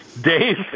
Dave